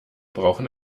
brauchen